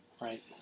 Right